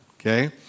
Okay